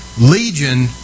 Legion